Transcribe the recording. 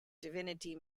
divinity